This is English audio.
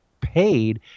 paid